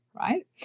right